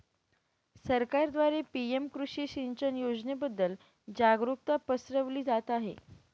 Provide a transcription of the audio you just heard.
सरकारद्वारे पी.एम कृषी सिंचन योजनेबद्दल जागरुकता पसरवली जात आहे